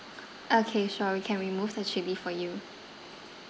okay sure we can remove the chili for you